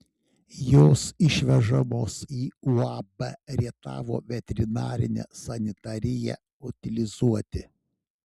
jos išvežamos į uab rietavo veterinarinę sanitariją utilizuoti